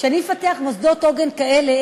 כשאני אפתח מוסדות עוגן כאלה,